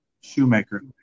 Shoemaker